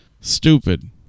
stupid